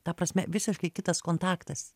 ta prasme visiškai kitas kontaktas